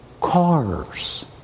cars